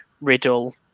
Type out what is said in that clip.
Riddle